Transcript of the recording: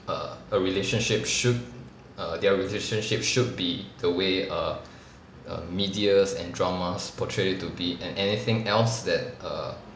err a relationship should err their relationship should be the way err err medias and dramas portray it to be and anything else that err